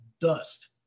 Dust